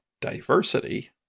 diversity